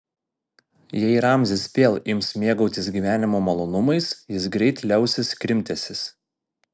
jei ramzis vėl ims mėgautis gyvenimo malonumais jis greit liausis krimtęsis